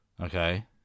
Okay